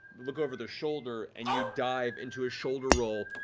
look over their shoulder, and you dive into a shoulder roll,